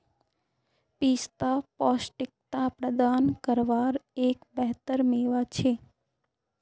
पिस्ता पौष्टिकता प्रदान कारवार एक बेहतर मेवा छे